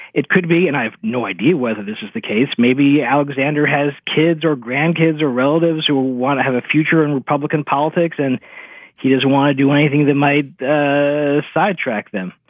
it could be. and i have no idea whether this is the case. maybe alexander has kids or grandkids or relatives who will want to have a future in republican politics. and he does want to do anything that might sidetrack them.